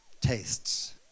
tastes